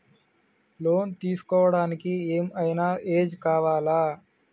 Loan తీస్కోవడానికి ఏం ఐనా ఏజ్ కావాలా?